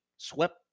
swept